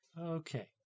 Okay